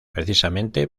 precisamente